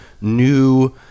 new